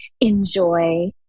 enjoy